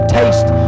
taste